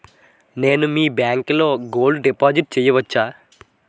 నేను మీ బ్యాంకులో గోల్డ్ డిపాజిట్ చేయవచ్చా?